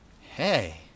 Hey